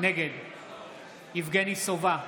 נגד יבגני סובה,